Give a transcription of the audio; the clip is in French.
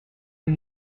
que